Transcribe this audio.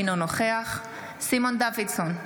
אינו נוכח סימון דוידסון,